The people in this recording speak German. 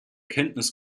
kenntnis